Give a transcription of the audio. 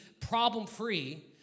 problem-free